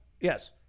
Yes